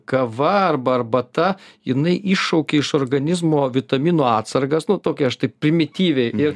kava arba arbata jinai iššaukia iš organizmo vitaminų atsargas nu tokia aš taip primityviai ir